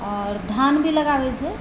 आओर धान भी लगाबै छै